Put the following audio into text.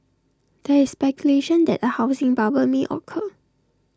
there is speculation that A housing bubble may occur